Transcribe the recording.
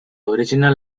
original